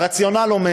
הרציונל אומר